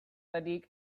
batetik